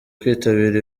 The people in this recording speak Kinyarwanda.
kwitabira